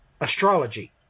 astrology